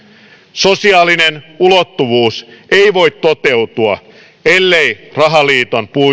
sosiaalinen ulottuvuus ei voi toteutua ellei rahaliiton